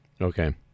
Okay